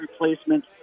replacement